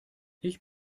ich